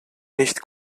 nicht